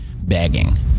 begging